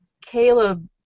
Caleb